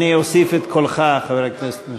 אני אוסיף את קולך, חבר הכנסת.